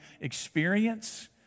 experience